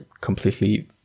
completely